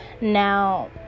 Now